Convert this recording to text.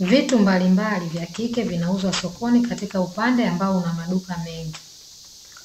Vitu mbalimbali vya kike vinauzwa sokoni katika upande ambao una maduka mengi.